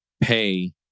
pay